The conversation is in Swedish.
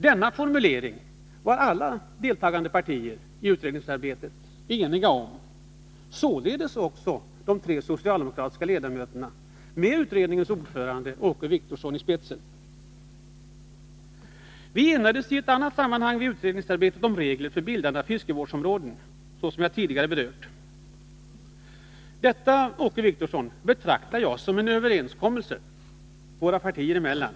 Denna formulering var alla i utredningsarbetet deltagande partier eniga om, således också de tre socialdemokratiska ledamöterna med utredningens ordförande Åke Wictorsson i spetsen. Vi enades i annat sammanhang under utredningsarbetet om regler för bildande av fiskevårdsområden, såsom jag tidigare berört. Detta, Åke Wictorsson, betraktar jag som en överenskommelse våra partier emellan.